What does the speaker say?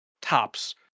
tops